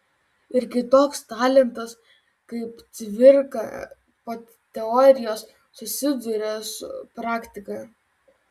ir kai toks talentas kaip cvirka po teorijos susidūrė su praktika